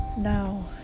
Now